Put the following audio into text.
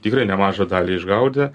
tikrai nemažą dalį išgaudė